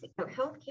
healthcare